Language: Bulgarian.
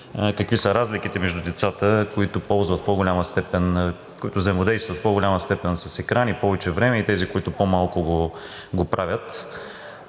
какви са разликите между децата, които взаимодействат в по голяма степен с екрани, повече време, и тези, които по-малко го правят.